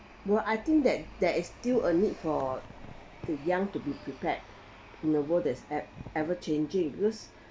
well I think that there is still a need for the young to be prepared in a world that's ev~ ever changing because